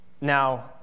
Now